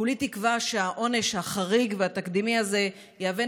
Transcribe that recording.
כולי תקווה שהעונש החריג והתקדימי הזה יהווה